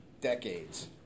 decades